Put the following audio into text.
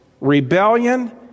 rebellion